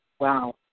Wow